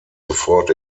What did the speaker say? sofort